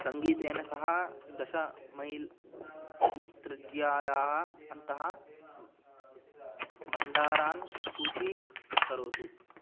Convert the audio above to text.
सङ्गीतेन सह दश मैल् तृज्यायाः अन्तः भण्डारान् सूची करोतु